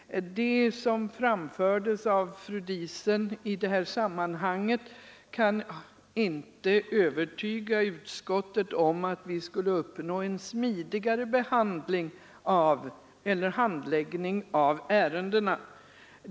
Det som framfördes av fru Diesen i det här sammanhanget kan inte övertyga utskottet om att vi skulle uppnå en smidigare handläggning av ärendena.